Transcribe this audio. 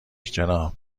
جناب